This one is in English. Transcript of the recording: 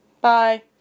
Bye